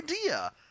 idea